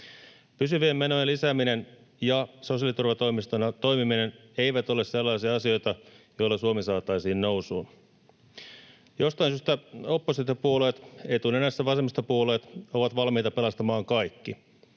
Pysyvien menojen lisääminen ja sosiaaliturvatoimistona toimiminen eivät ole sellaisia asioita, joilla Suomi saataisiin nousuun. Jostain syystä oppositiopuolueet, etunenässä vasemmistopuolueet, ovat valmiita pelastamaan kaikki.